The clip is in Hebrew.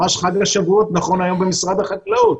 ממש חג השבועות נכון להיום במשרד החקלאות,